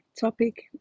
topic